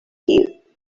you